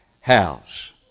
house